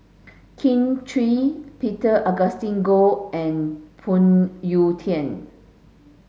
Kin Chui Peter Augustine Goh and Phoon Yew Tien